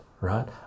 right